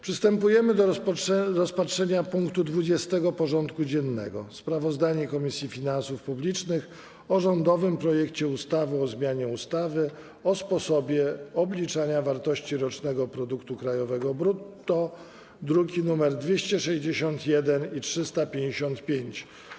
Przystępujemy do rozpatrzenia punktu 20. porządku dziennego: Sprawozdanie Komisji Finansów Publicznych o rządowym projekcie ustawy o zmianie ustawy o sposobie obliczania wartości rocznego produktu krajowego brutto (druki nr 261 i 355)